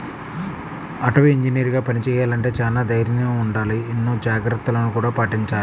అటవీ ఇంజనీరుగా పని చెయ్యాలంటే చానా దైర్నం ఉండాల, ఎన్నో జాగర్తలను గూడా పాటించాల